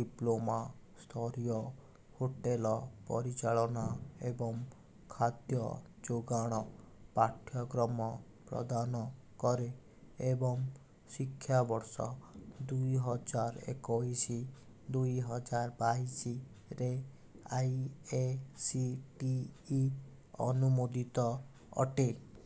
diploma ସ୍ତରୀୟ hotel ପରିଚାଳନା ଏବଂ ଖାଦ୍ୟ ଯୋଗାଣ ପାଠ୍ୟକ୍ରମ ପ୍ରଦାନ କରେ ଏବଂ ଶିକ୍ଷାବର୍ଷ ଦୁଇ ହଜାର ଏକୋଇଶି ଦୁଇ ହଜାର ବାଇଶିରେ A I C T E ଅନୁମୋଦିତ ଅଟେ